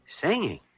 Singing